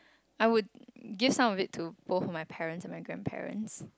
I would give some of it to both of my parents and my grandparents